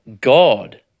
God